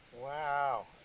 wow